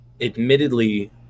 admittedly